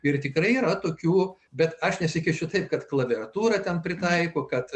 ir tikrai yra tokių bet aš nesikišiu tai kad klaviatūrą ten pritaiko kad